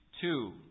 two